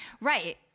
Right